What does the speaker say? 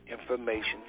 information